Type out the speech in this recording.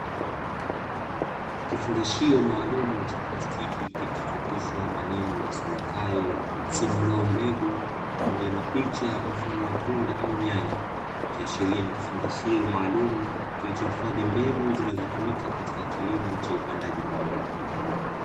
Kifungashio maalumu cha plastiki, kilichochapishwa maneno yasomekayo "simlombegu" pamoja na picha mfano tunda au nyanya, ikiashiria ni kifungashio maalumu kinachohifadhi mbegu kinachotumika katika kilimo cha upandaji mbegu.